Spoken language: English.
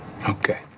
Okay